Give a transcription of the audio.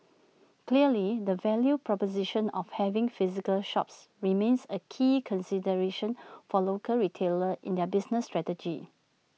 clearly the value proposition of having physical shops remains A key consideration for local retailers in their business strategy